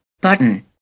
Button